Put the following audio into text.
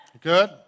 good